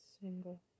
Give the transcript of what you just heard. single